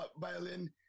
violin